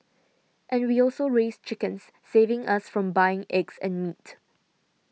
and we also raise chickens saving us from buying eggs and meat